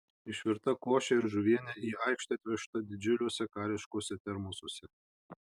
išvirta košė ir žuvienė į aikštę atvežta didžiuliuose kariškuose termosuose